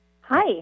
Hi